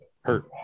Hurt